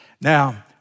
Now